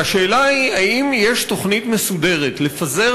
והשאלה היא: האם יש תוכנית מסודרת לפזר